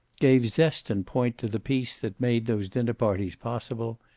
gave zest and point to the peace that made those dinner parties possible,